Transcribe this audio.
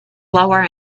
lower